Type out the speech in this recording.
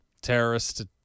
terrorist